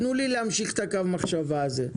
תנו לי להמשיך את קו המחשבה הזה.